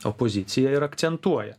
opozicija ir akcentuoja